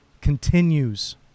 continues